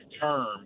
term